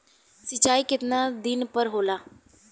सिंचाई केतना दिन पर होला?